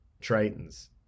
Tritons